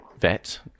vet